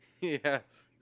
Yes